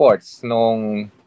sports